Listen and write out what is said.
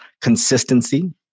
consistency